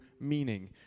meaning